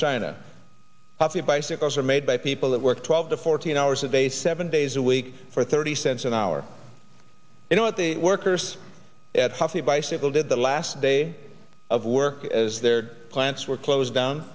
china poppy bicycles are made by people that work twelve to fourteen hours a day seven days a week for thirty cents an hour you know what the workers at huffy bicycle did the last day of work as their plants were closed down